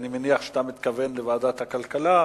אני מניח שאתה מתכוון לוועדת הכלכלה,